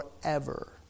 forever